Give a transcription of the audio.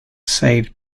saved